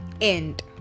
end